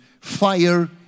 fire